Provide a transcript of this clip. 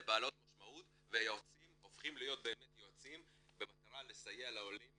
בעלות משמעות והיועצים הופכים להיות באמת יועצים במטרה לסייע לעולים